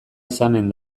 izanen